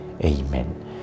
Amen